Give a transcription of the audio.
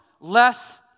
less